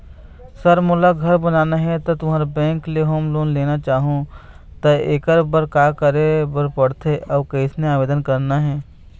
Sir मोला घर बनाना हे ता तुंहर बैंक ले होम लोन लेना चाहूँ ता एकर बर का का करे बर पड़थे अउ कइसे आवेदन करना हे?